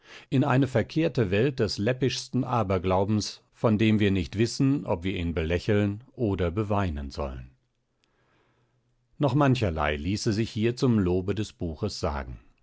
in eine verkehrte welt des läppischsten aberglaubens von dem wir nicht wissen ob wir ihn belächeln oder beweinen sollen noch mancherlei ließe sich hier zum lobe des buches sagen